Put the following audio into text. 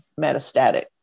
metastatic